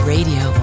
Radio